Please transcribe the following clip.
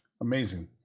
Amazing